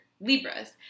Libras